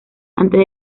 antes